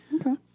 Okay